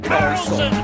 Carlson